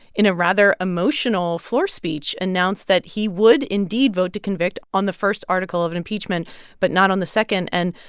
in a rather emotional floor speech, announced that he would, indeed, vote to convict on the first article of impeachment but not on the second and,